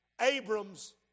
Abram's